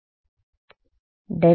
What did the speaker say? కాబట్టి ∇e